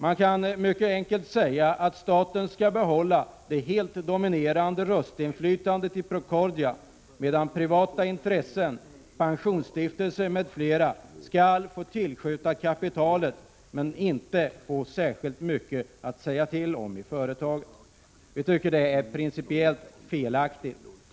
Man kan mycket enkelt säga att staten skall behålla det dominerande röstinflytandet i Procordia, medan privata intressen, pensionsstiftelser m.fl. skall få tillskjuta kapitalet men inte få särskilt mycket att säga till omi företaget. Vi tycker det är principiellt felaktigt.